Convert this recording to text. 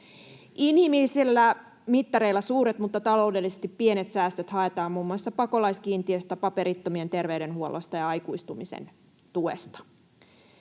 Inhimillisillä mittareilla suuret mutta taloudellisesti pienet säästöt haetaan muun muassa pakolaiskiintiöstä, paperittomien terveydenhuollosta ja aikuistumisen tuesta.